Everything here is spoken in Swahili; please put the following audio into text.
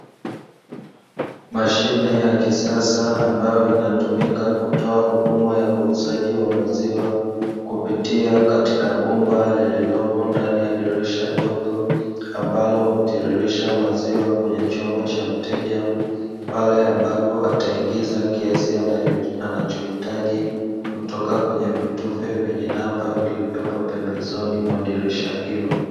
Mashine ya kisasa ambayo inatumika kutoa huduma ya uuzaji wa maziwa, kupitia katika bomba lililopo ndani ya dirisha dogo ambalo hutiririsha maziwa kwenye chombo cha mteja; pale ambapo ataingiza kiasi anachohitaji kutoka kwenye vitufe vyenye namba vilivyopo pembezoni mwa dirisha hilo.